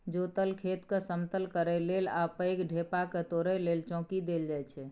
जोतल खेतकेँ समतल करय लेल आ पैघ ढेपाकेँ तोरय लेल चौंकी देल जाइ छै